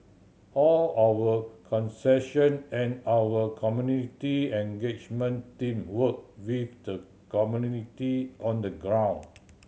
all our concession and our community engagement team work with the community on the ground